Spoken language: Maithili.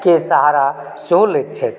के सहारा सेहो लैत छथि